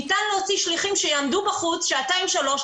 ניתן להוציא שליחים שיעמדו בחוץ שעתיים-שלוש,